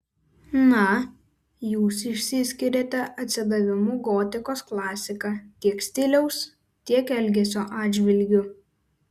na jūs išsiskiriate atsidavimu gotikos klasika tiek stiliaus tiek elgesio atžvilgiu